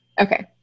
Okay